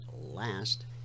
last